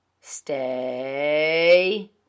stay